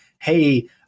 hey